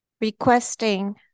requesting